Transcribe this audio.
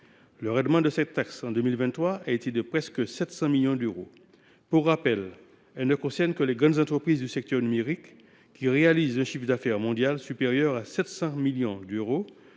le rendement s’est élevé en 2023 à presque 700 millions d’euros, ne concerne que les grandes entreprises du secteur numérique qui réalisent un chiffre d’affaires mondial supérieur à 750 millions d’euros